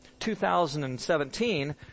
2017